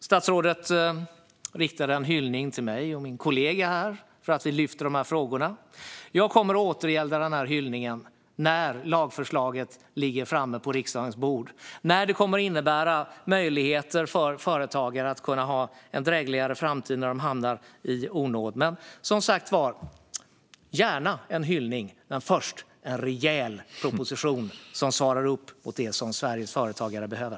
Statsrådet riktade en hyllning till mig och min kollega för att vi lyfter de här frågorna. Jag kommer att återgälda den hyllningen när lagförslaget ligger framme på riksdagens bord, när det kommer att innebära möjligheter för företagare att ha en drägligare framtid när de hamnar i obestånd. Gärna en hyllning, men först en rejäl proposition som svarar upp mot det som Sveriges företagare behöver!